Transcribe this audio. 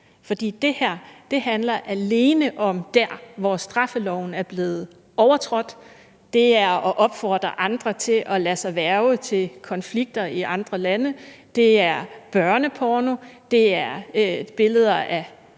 For det her handler alene om de tilfælde, hvor straffeloven er blevet overtrådt – det handler om at opfordre andre til at lade sig hverve til konflikter i andre lande, det er børneporno, det er sexbilleder uden